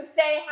say